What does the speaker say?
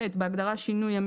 (ח) בהגדרה "שינוי",